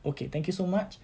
okay thank you so much